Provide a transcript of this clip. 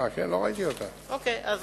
אה, כן?